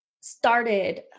started